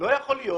אבל לא יכול להיות